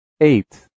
Eight